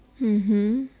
mmhmm